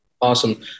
Awesome